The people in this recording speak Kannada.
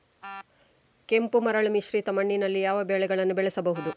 ಕೆಂಪು ಮರಳು ಮಿಶ್ರಿತ ಮಣ್ಣಿನಲ್ಲಿ ಯಾವ ಬೆಳೆಗಳನ್ನು ಬೆಳೆಸಬಹುದು?